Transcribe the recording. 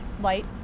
light